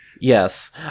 Yes